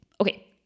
Okay